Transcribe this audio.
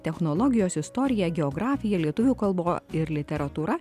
technologijos istorija geografija lietuvių kalba ir literatūra